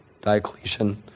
Diocletian